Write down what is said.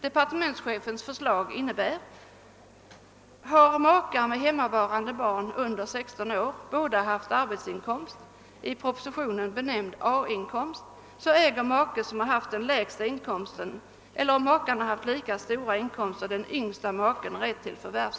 Departementschefens förslag innebär att makar med hemmavarande barn under 16 år som båda haft arbetsinkomst, i propositionen benämnd A-inkomst, äger rätt till förvärvsavdrag, som utgår till den av makarna som haft den lägsta inkomsten eller, om makarna haft lika stora inkomster, till den yngsta maken.